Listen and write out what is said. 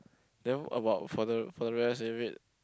then about for the for the rest they wait